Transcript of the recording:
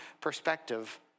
perspective